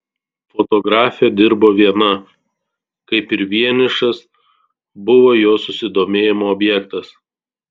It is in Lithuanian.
fotografė dirbo viena kaip ir vienišas buvo jos susidomėjimo objektas